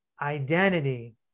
identity